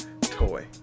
toy